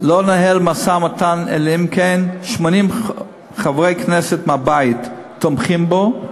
לא ננהל משא-ומתן אלא אם כן 80 חברי כנסת מהבית תומכים בו,